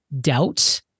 doubt